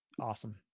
Awesome